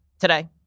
today